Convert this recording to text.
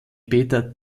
peter